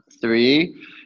Three